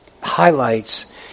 highlights